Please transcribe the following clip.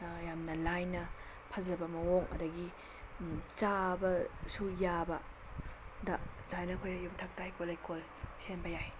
ꯌꯥꯝꯅ ꯂꯥꯏꯅ ꯐꯖꯕ ꯃꯑꯣꯡ ꯑꯗꯒꯤ ꯆꯥꯕꯁꯨ ꯌꯥꯕꯗ ꯁꯨꯃꯥꯏꯅ ꯑꯩꯈꯣꯏꯅ ꯌꯨꯝꯊꯛꯇ ꯍꯩꯀꯣꯜ ꯂꯩꯀꯣꯜ ꯁꯦꯝꯕ ꯌꯥꯏ